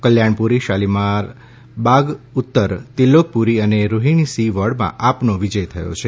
કલ્યાણપુરી શાલીમાર બાગ ઉત્તર ત્રિલોકપુરી અને રોહિણી સી વોર્ડમાં આપનો વિજય થયો છે